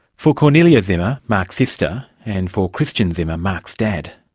for kornelia zimmer, mark's sister, and for christian zimmer, mark's dad,